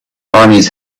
armies